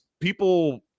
people